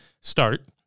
start